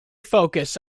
focus